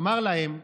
אמר להם: